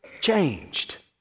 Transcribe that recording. changed